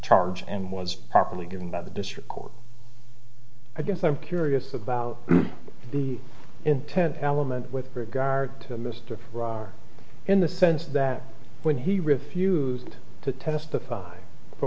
charge and was properly given that the district court i guess i'm curious about the intent element with regard to mr for in the sense that when he refused to testify for